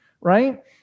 right